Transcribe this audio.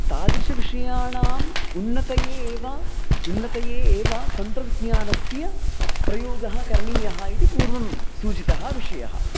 तादृशविषयाणाम् उन्नतये एव उन्नतये एव तन्त्रविज्ञानस्य प्रयोगः करणीयः इति पूर्वं सूचितः विषयः